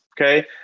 okay